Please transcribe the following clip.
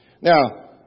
Now